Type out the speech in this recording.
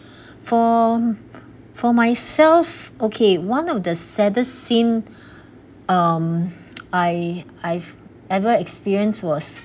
for for myself okay one of the saddest scene um I I've ever experience was